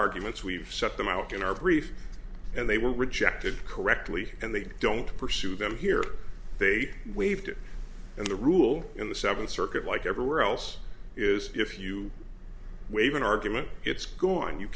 arguments we've set them out in our brief and they were rejected correctly and they don't pursue them here they waived it and the rule in the seventh circuit like everywhere else is if you wave an argument it's gone you